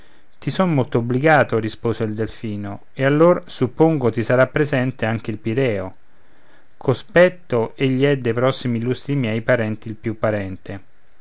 ti son molto obbligato risposele il delfino e allor suppongo ti sarà presente anche il pireo cospetto egli è dei prossimi illustri miei parenti il più parente